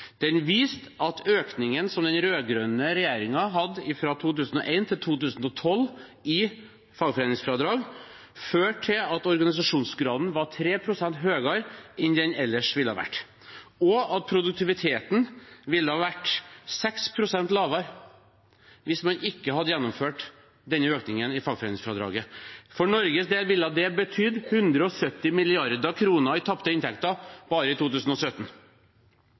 Den viste at økningen i fagforeningsfradrag som den rød-grønne regjeringen hadde fra 2001 til 2012 førte til at organisasjonsgraden var 3 pst. høyere enn den ellers ville ha vært, og at produktiviteten ville ha vært 6 pst. lavere hvis man ikke hadde gjennomført økningen i fagforeningsfradraget. For Norges del ville det ha betydd 170 mrd. kr i tapte inntekter bare i 2017.